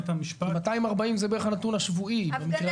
240 זה בערך הנתון השבועי, במקרה הטוב.